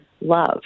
love